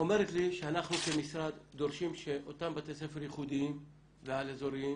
שאנחנו כמשרד דורשים שאותם בתי ספר יחודיים ועל-אזוריים